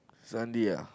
Sunday ah